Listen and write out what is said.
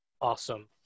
awesome